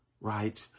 right